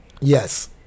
Yes